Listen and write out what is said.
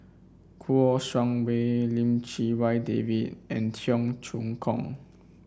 Kouo Shang Wei Lim Chee Wai David and Cheong Choong Kong